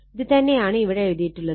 ഇത് തന്നെയാണ് ഇവിടെ എഴുതിയിട്ടുള്ളത്